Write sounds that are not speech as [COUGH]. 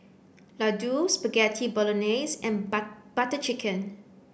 Ladoo Spaghetti Bolognese and [UNINTELLIGIBLE] Butter Chicken